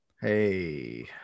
hey